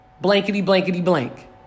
blankety-blankety-blank